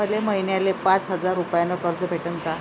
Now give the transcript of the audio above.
मले महिन्याले पाच हजार रुपयानं कर्ज भेटन का?